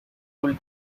full